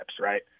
right